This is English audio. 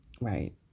right